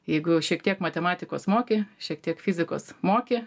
jeigu šiek tiek matematikos moki šiek tiek fizikos moki